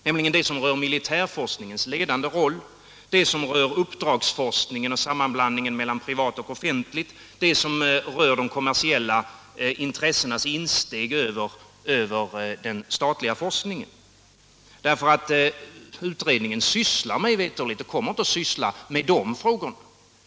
De yrkandena rör militärforskningens ledande roll, uppdragsforskningen och sammanblandningen mellan privat och offentligt samt de kommersiella intressenas insteg i den statliga forskningen. Utredningen sysslar mig veterligt inte — och kommer inte att syssla med — de frågorna.